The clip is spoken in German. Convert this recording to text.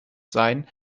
sein